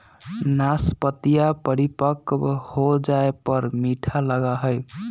नाशपतीया परिपक्व हो जाये पर मीठा लगा हई